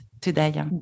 today